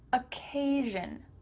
occasion,